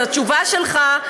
אז בתשובה שלך,